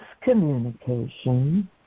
communication